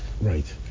Right